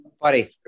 Buddy